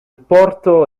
porto